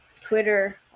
Twitter